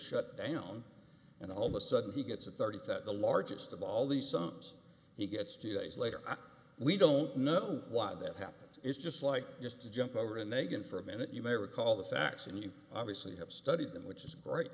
shut down and all the sudden he gets a thirty to the largest of all the sons he gets two days later we don't know why that happens is just like just to jump over an egg and for a minute you may recall the facts and you obviously have studied them which is great